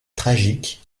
tragique